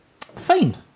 fine